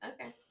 Okay